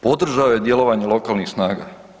Podržao je djelovanje lokalnih snaga.